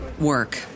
work